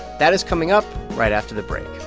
that is coming up right after the break